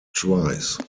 twice